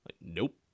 Nope